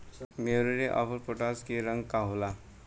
Muriate of potash के रंग का होला?